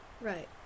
Right